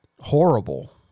horrible